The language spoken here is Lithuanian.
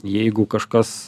jeigu kažkas